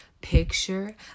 picture